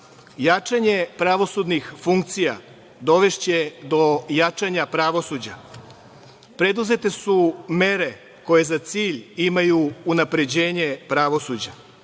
jačanje pravosudnih funkcija dovešće do jačanja pravosuđa. Preduzete su mere koje za cilj imaju unapređenje pravosuđa.